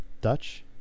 Dutch